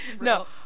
No